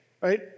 right